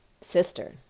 sister